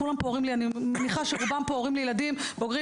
אני מניחה שרובם פה הורים לילדים בוגרים